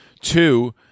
two